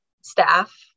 staff